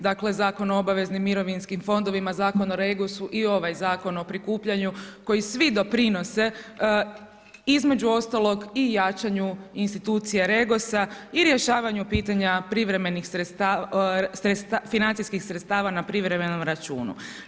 Dakle, Zakon o obaveznim mirovinskim fondovima, Zakon o REGOS-u i ovaj Zakon o prikupljanju koji svi doprinose, između ostalog i jačanju institucije REGOS-a i rješavanju pitanja privremenih financijskih sredstava na privremenom računu.